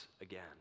again